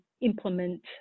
implement